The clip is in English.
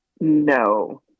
No